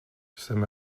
jsem